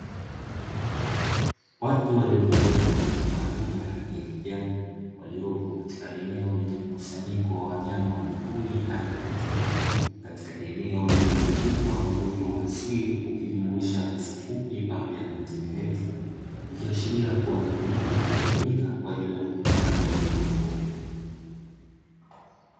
Watu waliovalia mavazi maalumu ya rangi ya kijani, waliopo katika eneo lenye mkusanyiko wa wanyama wa mwituni aina ya tembo, katika eneo lililozungukwa na uoto wa asili ukijumuisha na nyasi fupi pamoja na miti mirefu; ikiashiria kuwa ni eneo linalotumika kwa ajili ya uhifadhi wa wanyamapori.